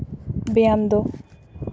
ᱵᱮᱭᱟᱢ ᱫᱚ